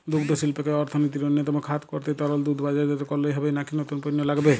দুগ্ধশিল্পকে অর্থনীতির অন্যতম খাত করতে তরল দুধ বাজারজাত করলেই হবে নাকি নতুন পণ্য লাগবে?